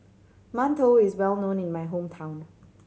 mantou is well known in my hometown